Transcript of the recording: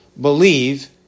believe